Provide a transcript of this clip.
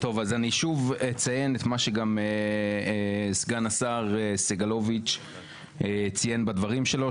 שוב את מה שסגן השר סגלוביץ' ציין בדברים שלו,